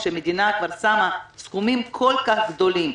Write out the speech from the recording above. כשהמדינה כבר שמה סכומים כל כך גדולים,